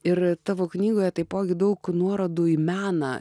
ir tavo knygoje taipogi daug nuorodų į meną